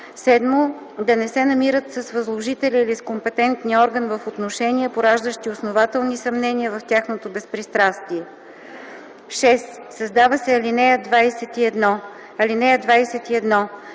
7. да не се намират с възложителя или с компетентния орган в отношения, пораждащи основателни съмнения в тяхното безпристрастие.” 6. Създава се ал. 21: